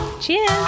cheers